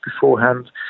beforehand